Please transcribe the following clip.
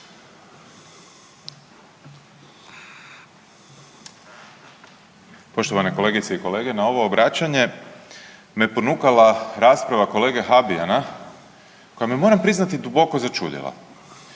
Poštovane kolegice i kolege na ovo obraćanje me ponukala rasprava kolege Habijana koja me moram priznati duboko začudila.